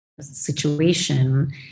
situation